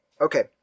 Okay